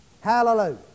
Hallelujah